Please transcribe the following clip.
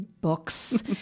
books